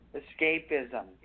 escapism